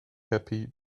happy